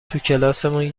توکلاسمون